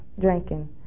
drinking